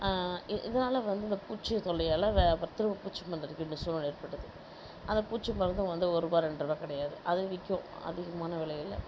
இதனால வந்து இந்த பூச்சிகள் தொல்லையால் பூச்சி மருந்து அடிக்க வேண்டிய சூழ்நிலை ஏற்படுது அந்த பூச்சி மருந்தும் வந்து ஒருருபா ரெண்டுருபா கிடையாது அதுவும் விற்கும் அதிகமாக விலையில